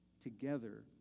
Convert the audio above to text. together